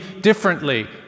differently